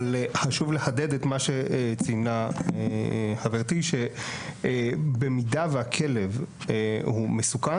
אבל חשוב לחדד את מה שציינה חברתי שבמידה והכלב הוא מסוכן,